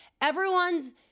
Everyone's